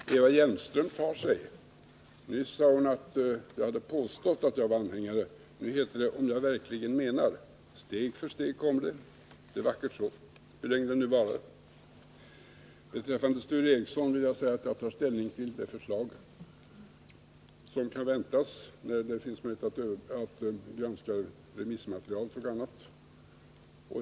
Herr talman! Eva Hjelmström tar sig. Nyss sade hon att jag hade påstått att jag var anhängare av fred och nedrustning, och nu heter det: om jag verkligen menar det. Steg för steg kommer det, och det är vackert så — hur länge det nu varar. Till Sture Ericson vill jag säga att jag tar ställning till det förslag som kan väntas när det finns möjlighet att granska remissmaterialet och annat.